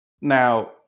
Now